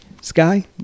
Sky